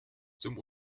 zum